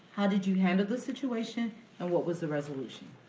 how did you handle the situation and what was the resolution?